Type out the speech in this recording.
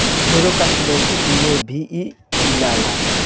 ढेरे कास्मेटिक में भी इ डलाला